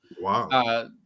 Wow